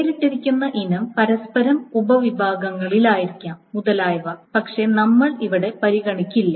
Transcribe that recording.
പേരിട്ടിരിക്കുന്ന ഇനം പരസ്പരം ഉപവിഭാഗങ്ങളായിരിക്കാം മുതലായവ പക്ഷേ നമ്മൾ ഇവിടെ പരിഗണിക്കില്ല